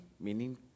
meaning